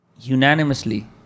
Unanimously